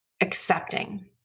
accepting